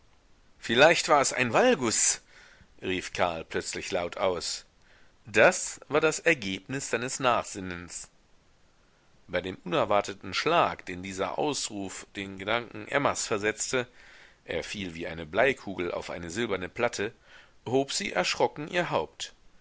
vielleicht war es ein valgus rief karl plötzlich laut aus das war das ergebnis seines nachsinnens bei dem unerwarteten schlag den dieser ausruf den gedanken emmas versetzte er fiel wie eine bleikugel auf eine silberne platte hob sie erschrocken ihr haupt